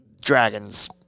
Dragons